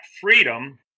freedom